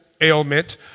ailment